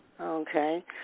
Okay